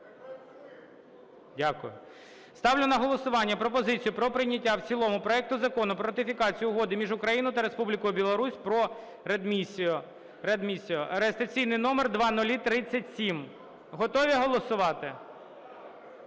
Дякую. Ставлю на голосування пропозицію про прийняття в цілому проекту Закону про ратифікацію Угоди між Україною та Республікою Білорусь про реадмісію (реєстраційний номер 0037). Готові голосувати?